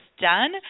done